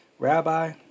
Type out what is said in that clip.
Rabbi